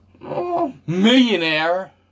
Millionaire